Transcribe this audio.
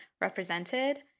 represented